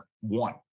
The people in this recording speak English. one